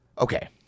Okay